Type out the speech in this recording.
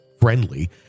friendly